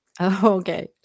Okay